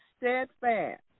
steadfast